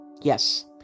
yes